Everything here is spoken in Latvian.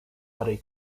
arī